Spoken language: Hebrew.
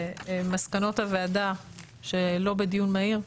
שמסקנות הוועדה שלא בדיון מהיר,